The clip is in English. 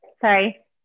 Sorry